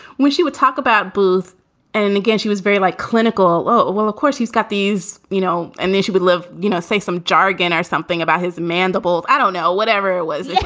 when she would talk about booth and again, she was very like clinical. oh, well, of course, he's got these, you know. and then she would live, you know say some jargon or something about his mandibles. i don't know. whatever it was